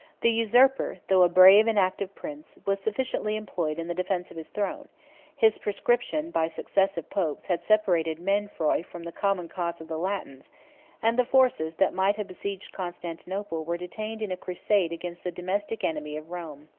the usurper, though a brave and active prince, was sufficiently employed in the defence of his throne his proscription by successive popes had separated mainfroy from the common cause of the latins and the forces that might have besieged constantinople were detained in a crusade against the domestic enemy of rome.